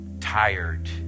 tired